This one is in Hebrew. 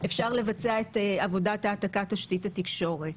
אפשר לבצע את עבודת העתקת תשתית התקשורת.